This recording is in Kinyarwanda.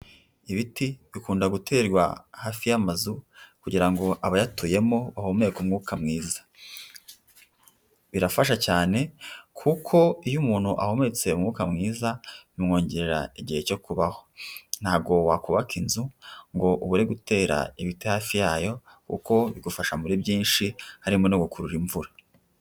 Ibiti bikunda guterwa hafi y'amazu kugira abayatuyemo bahumeke umwuka mwiza, birafasha cyane kuko iyo umuntu ahumetse umwuka mwiza bimworera igihe cyo kubaho, ntabwo wakubaka inzu ngo ubure gutera ibiti hafi yayo kuko bigufasha muri byinshi harimo no gukurura imvura.